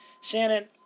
Shannon